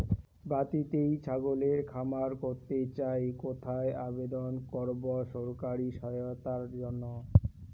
বাতিতেই ছাগলের খামার করতে চাই কোথায় আবেদন করব সরকারি সহায়তার জন্য?